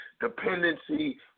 dependency